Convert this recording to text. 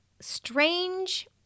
strange